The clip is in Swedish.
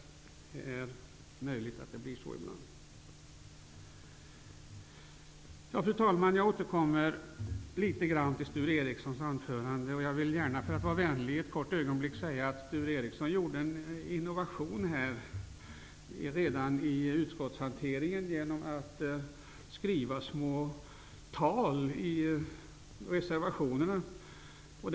Det kan bli så ibland. Fru talman! Jag återkommer litet grand till Sture Ericsons anförande. Jag vill för att vara vänlig ett kort ögonblick säga att han gjorde en innovation genom att redan i utskottshanteringen skriva små tal i reservationsform.